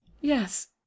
yes